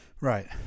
right